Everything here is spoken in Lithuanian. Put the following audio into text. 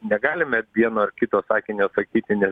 negalime vieno ar kito sakinio sakyti nes